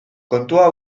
kontua